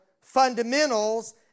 fundamentals